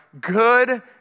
good